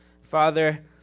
Father